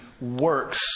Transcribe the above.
works